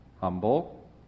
humble